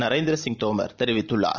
நரேந்திரசிங்தோமர்தெ ரிவித்துள்ளார்